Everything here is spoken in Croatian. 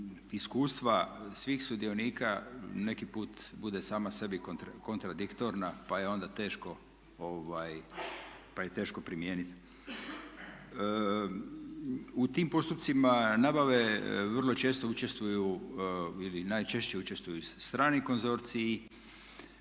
iskustva svih sudionika neki put bude sama sebi kontradiktorna pa je onda teško primijeniti je. U tim postupcima nabave vrlo često učestvuju ili najčešće učestvuju strani konzorciji.